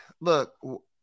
Look